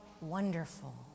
wonderful